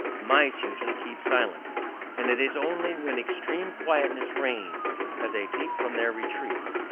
mice usually keep silence and it is only when extreme quietness reigns that they peep from their retreats.